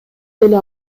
деле